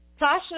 Tasha